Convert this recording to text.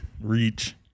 Reach